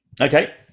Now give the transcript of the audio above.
Okay